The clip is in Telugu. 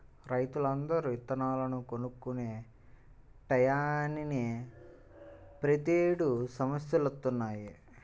రైతులందరూ ఇత్తనాలను కొనుక్కునే టైయ్యానినే ప్రతేడు సమస్యలొత్తన్నయ్